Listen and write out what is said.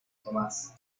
tomás